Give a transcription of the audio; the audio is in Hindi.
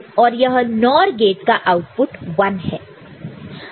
तो 0 0 और यह NOR गेट का आउटपुट 1 है